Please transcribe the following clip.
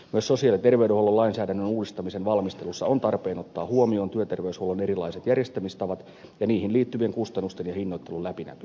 myös sosiaali ja terveydenhuollon lainsäädännön uudistamisen valmistelussa on tarpeen ottaa huomioon työterveyshuollon erilaiset järjestämistavat ja niihin liittyvien kustannusten ja hinnoittelun läpinäkyvyys